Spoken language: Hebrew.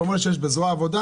אתה אומר שיש בזרוע העבודה